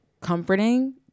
comforting